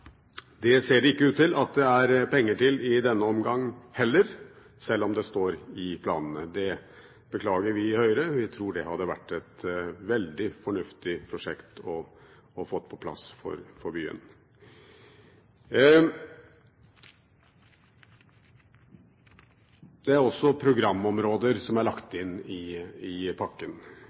Det ser ikke ut til at det er penger til det i denne omgang heller, selv om det står i planene. Det beklager vi i Høyre. Vi tror det hadde vært et veldig fornuftig prosjekt å få på plass for byen. Programområder er også noe som er lagt inn i pakken.